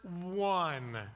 one